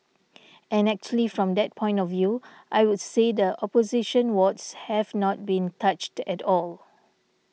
and actually from that point of view I would say the opposition wards have not been touched at all